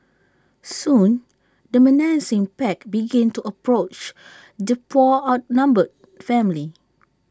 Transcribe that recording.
soon the menacing pack began to approach the poor outnumbered family